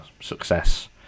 success